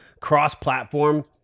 cross-platform